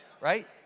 Right